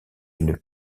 une